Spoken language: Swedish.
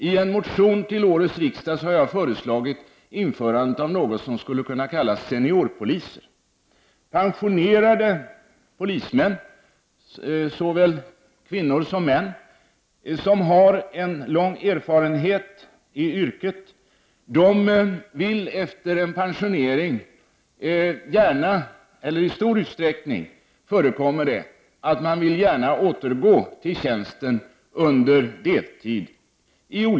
I en motion till årets riksdag har jag föreslagit införande av något som skulle kunna kallas för seniorpoliser. Pensionerade polismän, såväl kvinnor som män, med lång erfarenhet i yrket vill i stor utsträckning efter pensioneringen gärna fortsätta i tjänsten på deltid.